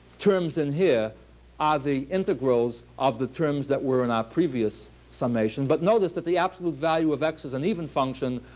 terms in here are the integrals of the terms that were in our previous summation. but notice that the absolute value of x is an even function.